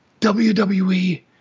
WWE